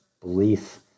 belief